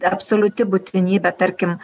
absoliuti būtinybė tarkim